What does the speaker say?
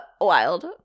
wild